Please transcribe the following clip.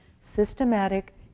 systematic